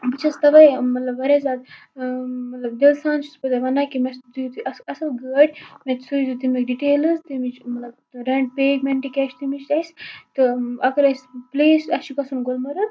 بہٕ چھَس تَواے مَطلَب واریاہ زیادٕ مَطلَب دِل سان چھَس بہٕ تۄہہِ وَنان کہِ مےٚ دِیِو تُہۍ اصل گٲڑ مےٚ سوزِو تُہۍ تمیُک ڈٹیلٕز تمِچ مَطلَب ریٚنٹ پےمنٹ کیاہ چھِ تمِچ اَسہِ تہٕ اگر اسہِ پٕلیس اَسہِ چھُ گَژھُن گُلمرگ